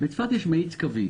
בצפת יש מאיץ קווי